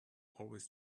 always